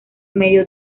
medio